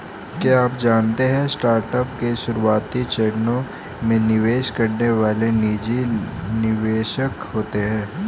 क्या आप जानते है स्टार्टअप के शुरुआती चरणों में निवेश करने वाले निजी निवेशक होते है?